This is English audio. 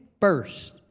first